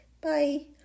Bye